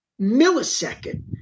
millisecond